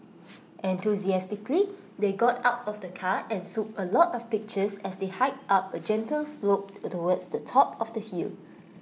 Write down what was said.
enthusiastically they got out of the car and took A lot of pictures as they hiked up A gentle slope towards the top of the hill